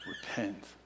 repent